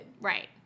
right